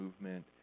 movement